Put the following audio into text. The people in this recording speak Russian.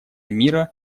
мира